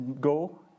go